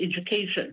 education